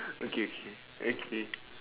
okay okay